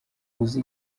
uzi